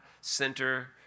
center